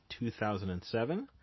2007